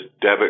debit